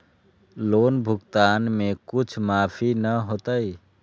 Loan भुगतान में कुछ माफी न होतई?